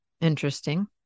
Interesting